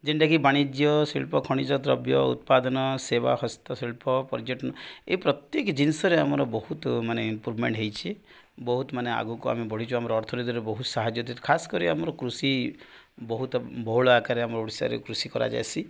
ଯେନ୍ଟାକି ବାଣିଜ୍ୟ ଶିଳ୍ପ ଖଣିଜ ଦ୍ରବ୍ୟ ଉତ୍ପାଦନ ସେବା ହସ୍ତଶିଳ୍ପ ପର୍ଯ୍ୟଟନ ଏ ପ୍ରତ୍ୟେକ ଜିନିଷରେ ଆମର ବହୁତ ମାନେ ଇମ୍ପ୍ରୁଭମେଣ୍ଟ ହେଇଛି ବହୁତ ମାନେ ଆଗକୁ ଆମେ ବଢ଼ିଛୁ ଆମର ଅର୍ଥନୀତିରେ ବହୁତ ସାହାଯ୍ୟ ଦେଇ ଖାସ କରି ଆମର କୃଷି ବହୁତ ବହୁଳ ଆକାରରେ ଆମର ଓଡ଼ିଶାରେ କୃଷି କରାଯାଏସି